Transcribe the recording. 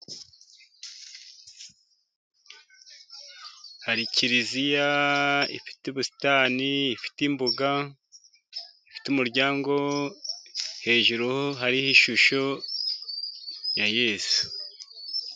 Hari kiriziya ifite ubusitani，ifite imbuga， ifite umuryango， hejuru hariho ishusho ya yesu.